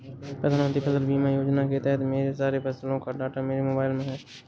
प्रधानमंत्री फसल बीमा योजना के तहत मेरे सारे फसलों का डाटा मेरे मोबाइल में है